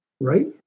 right